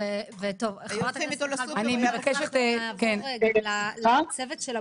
אני מבקשת לעבור לצוות של הבריאות.